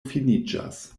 finiĝas